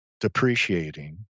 depreciating